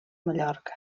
mallorca